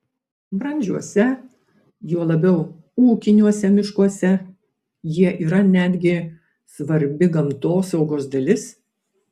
brandžiuose juo labiau ūkiniuose miškuose jie yra netgi svarbi gamtosaugos dalis